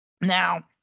Now